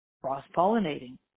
Cross-pollinating